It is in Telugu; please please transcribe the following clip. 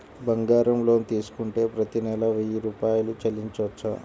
బంగారం లోన్ తీసుకుంటే ప్రతి నెల వెయ్యి రూపాయలు చెల్లించవచ్చా?